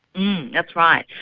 that's right.